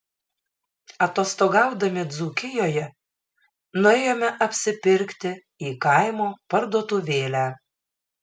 atostogaudami dzūkijoje nuėjome apsipirkti į kaimo parduotuvėlę